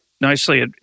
nicely